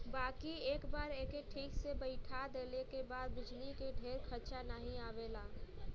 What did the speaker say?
बाकी एक बार एके ठीक से बैइठा देले के बाद बिजली के ढेर खरचा नाही आवला